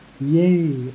Yay